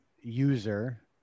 user